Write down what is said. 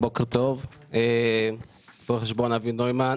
בעיקר בנושא של הרכוש שיש למשפחות ולכן גם היום ביטוח לאומי,